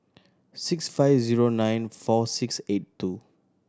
six five zero nine four six eight two